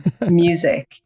Music